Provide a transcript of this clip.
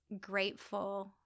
grateful